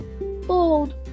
bold